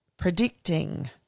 predicting